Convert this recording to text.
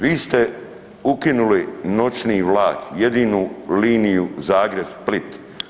Vi ste ukinuli noćni vlak, jedinu liniju Zagreb-Split.